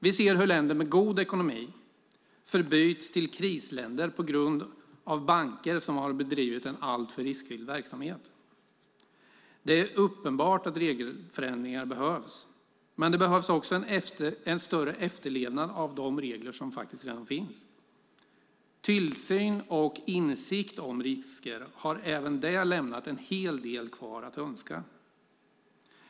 Vi ser hur länder med god ekonomi förbyts till krisländer på grund av banker som har bedrivit en alltför riskfylld verksamhet. Det är uppenbart att regelförändringar behövs, men det behövs också en större efterlevnad av de regler som redan finns. Även tillsyn och insikt om risker har lämnat en hel del att önska.